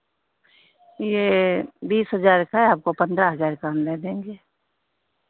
ये बीस हज़ार का है आपको पंद्रह हज़ार का हम दे देंगे